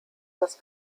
das